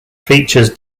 features